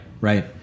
right